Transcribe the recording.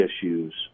issues